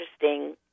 interesting